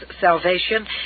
salvation